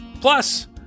Plus